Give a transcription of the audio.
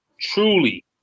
truly